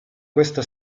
questa